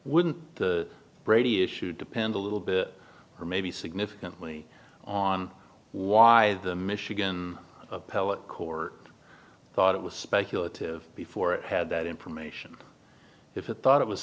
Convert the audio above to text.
wouldn't the brady issue depend a little bit or maybe significantly on why the michigan appellate court thought it was speculative before it had that information if it thought it was